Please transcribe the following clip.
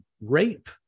rape